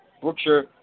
Brookshire